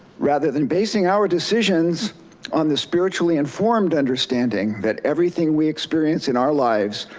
rather than basing our decisions on the spiritually informed understanding that everything we experience in our lives,